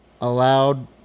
allowed